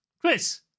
Chris